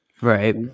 Right